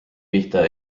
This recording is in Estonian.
pihta